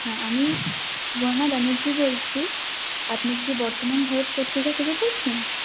হ্যাঁ আমি সুবর্ণা ব্যানার্জি বলছি আপনি কি বর্তমান ভারত পত্রিকা থেকে বলছেন